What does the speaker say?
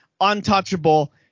untouchable